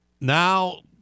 now